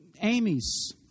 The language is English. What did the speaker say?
Amy's